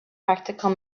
practical